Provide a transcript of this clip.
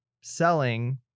selling